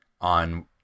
on